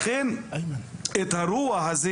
לכן, את הרוע הזה